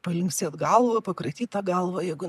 palinksėt galvą pakratyt tą galvą jeigu